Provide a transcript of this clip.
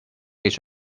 each